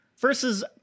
versus